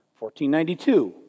1492